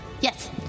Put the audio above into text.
Yes